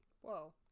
Whoa